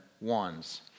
ones